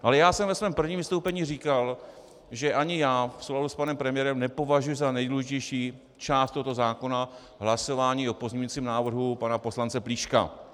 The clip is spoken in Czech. Ale já jsem ve svém prvním vystoupení říkal, že ani já v souladu s panem premiérem nepovažuji za nejdůležitější část tohoto zákona hlasování o pozměňovacím návrhu pana poslance Plíška.